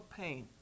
pain